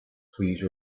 please